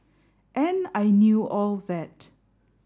and I knew all that